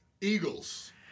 Eagles